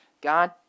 God